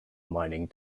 mining